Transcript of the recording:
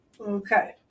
Okay